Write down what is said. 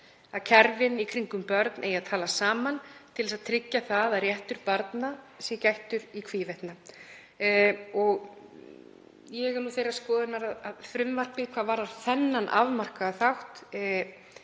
að kerfin í kringum börn eigi að tala saman til að tryggja að réttar barna sé gætt í hvívetna. Ég er þeirrar skoðunar að frumvarpið, hvað varðar þennan afmarkaða þátt,